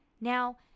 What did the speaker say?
Now